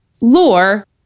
lore